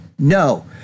No